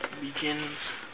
begins